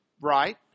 right